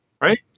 right